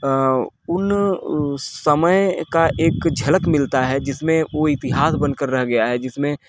अ उन समय का एक झलक मिलता है जिसमें वो इतिहास बनकर रह गया है जिसमें